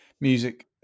music